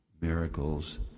miracles